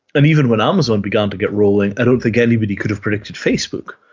and even when amazon began to get rolling, i don't think anybody could have predicted facebook.